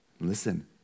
Listen